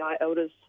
Elders